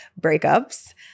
breakups